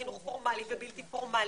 חינוך פורמלי ובלתי פורמלי,